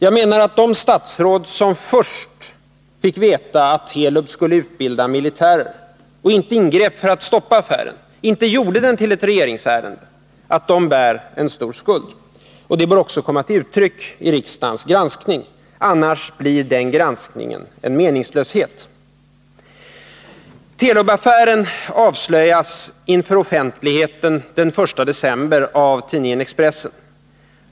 Jag menar att de statsråd som först fick veta att Telub skulle utbilda militärer och inte ingrep för att stoppa affären, inte gjorde den till ett regeringsärende, bär en stor skuld. Det bör också komma till uttryck i riksdagens granskning — annars blir den granskningen en meningslöshet. Telub-affären avslöjades inför offentligheten den 1 december 1979 av tidningen Expressen.